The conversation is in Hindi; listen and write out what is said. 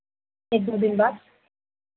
एक दो दिन बाद